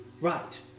Right